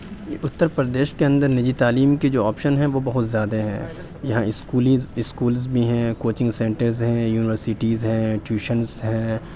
اتر پردیش کے اندر نجی تعلیم کے جو آپشن ہیں وہ بہت زیادہ ہیں یہاں اسکولی اسکولز بھی ہیں کوچنگ سینٹرز ہیں یونیورسٹیز ہیں ٹیوشنس ہیں